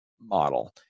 model